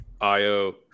IO